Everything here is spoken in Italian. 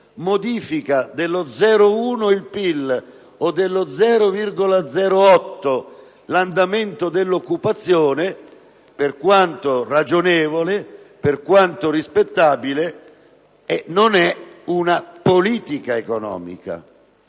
modifica dello 0,1 per cento il PIL o dello 0,08 per cento l'andamento dell'occupazione, per quanto ragionevole, per quanto rispettabile, non è una politica economica;